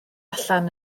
allan